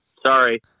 Sorry